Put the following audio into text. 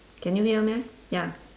can you hear me ya